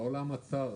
העולם עצר.